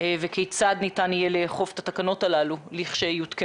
וכיצד ניתן יהיה לאכוף את התקנות הללו לכשיותקנו.